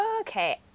Okay